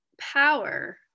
power